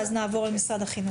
ואז נעבור למשרד החינוך.